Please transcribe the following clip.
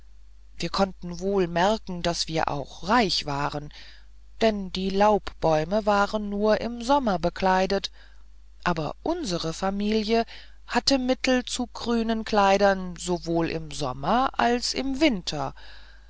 wir konnten wohl merken daß wir auch reich waren denn die laubbäume waren nur im sommer bekleidet aber unsere familie hatte mittel zu grünen kleidern sowohl im sommer als im winter